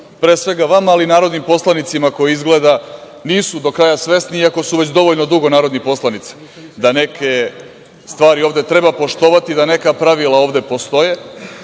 pre svega vama, ali i narodnim poslanicima koji, izgleda, nisu do kraja svesni, iako su već dovoljno dugo narodni poslanici, da neke stvari ovde treba poštovati, da neka pravila ovde postoje